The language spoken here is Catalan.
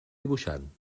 dibuixant